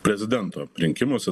prezidento rinkimuose